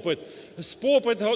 попит з